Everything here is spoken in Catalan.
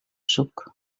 suc